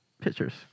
pictures